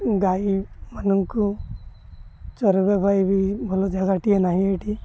ଗାଈମାନଙ୍କୁ ଚରିବା ପାଇଁ ବି ଭଲ ଜାଗାଟିଏ ନାହିଁ ଏଠି